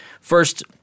First